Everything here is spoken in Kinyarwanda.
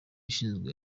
ishinzwe